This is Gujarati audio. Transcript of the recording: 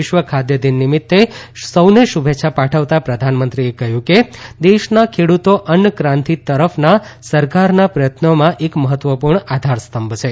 વિશ્વ ખાદ્ય દિન નિમિત્તે સૌને શુભેચ્છા પાઠવતાં પ્રધાનમંત્રીએ કહ્યું કે દેશના ખેડુતો અન્નક્રાંતિ તરફના સરકારના પ્રયત્નોમાં એક મહત્વપૂર્ણ આધારસ્તંભ છે